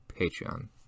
Patreon